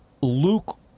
Luke